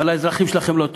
אבל לאזרחים שלכם לא טוב,